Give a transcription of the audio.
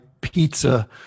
pizza